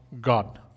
God